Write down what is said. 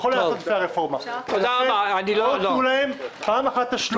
פעם אחת תשלום,